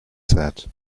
said